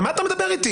על מה אתה מדבר איתי?